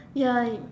ya